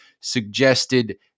suggested